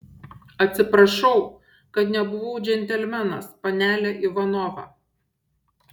atsiprašau kad nebuvau džentelmenas panele ivanova